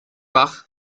bach